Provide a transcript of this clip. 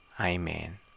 Amen